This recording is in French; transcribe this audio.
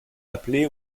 appelé